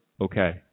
okay